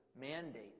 mandate